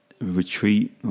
retreat